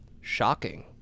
shocking